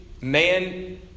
man